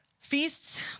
feasts